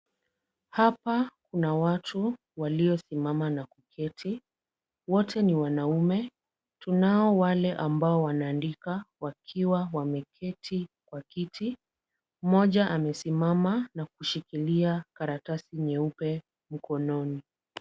Hapa kuna watu waliosimama na kuketi ,wote ni wanaume. Tunao wale ambao wanaandika wakiwa wameketi kwa kiti. Mmoja amesimama na kushikilia karatasi nyeupe mkononi.